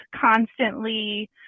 constantly